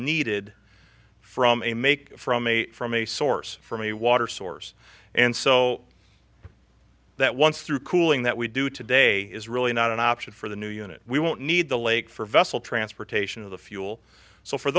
needed from a make from a from a source for me water source and so that once through cooling that we do today is really not an option for the new unit we won't need the lake for vessel transportation of the fuel so for